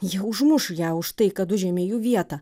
jie užmuš ją už tai kad užėmė jų vietą